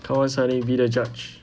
come on sonny be the judge